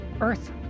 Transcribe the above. Earth